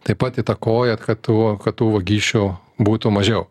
taip pat įtakoja kad tų kad tų vagysčių būtų mažiau